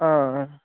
हां